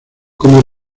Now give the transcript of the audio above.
como